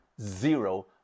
Zero